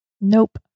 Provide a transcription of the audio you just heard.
Nope